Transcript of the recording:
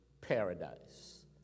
paradise